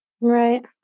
Right